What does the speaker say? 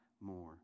more